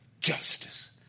justice